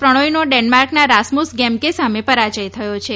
પ્રણોયનો ડેનમાર્કના Rasmus Gemke સામે પરાજય થયો છે